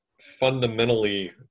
fundamentally